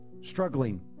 struggling